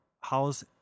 house